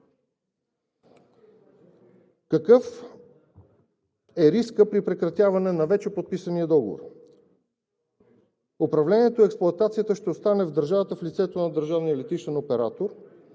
Какъв е рискът при прекратяване на вече подписания договор? Управлението и експлоатацията ще остане в държавата в лицето на